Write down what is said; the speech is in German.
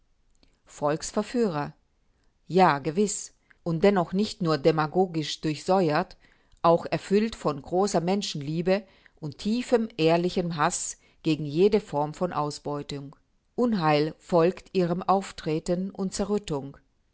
volksverführer ja gewiß und dennoch nicht nur demagogisch durchsäuert auch erfüllt von großer menschenliebe und tiefem ehrlichem haß gegen jede form von ausbeutung unheil folgt ihrem auftreten und zerrüttung